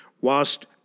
whilst